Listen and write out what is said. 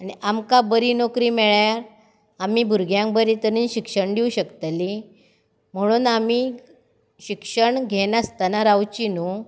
आनी आमकां बरी नोकरी मेळ्यार आमी भुरग्यांक बरे तरेन शिक्षण दिवंक शकतलीं म्हणून आमी शिक्षण घेनासतना रावचीं न्हय